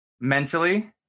Mentally